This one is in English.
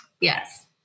Yes